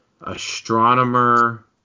astronomer